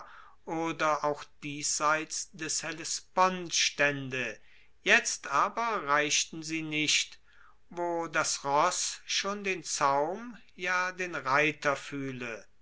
oder auch diesseits des hellespont staende jetzt aber reichten sie nicht wo das ross schon den zaum ja den reiter fuehle